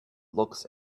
looks